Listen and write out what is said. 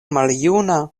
maljuna